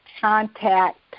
contact